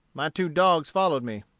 my two dogs followed me.